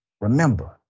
remember